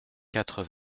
quatre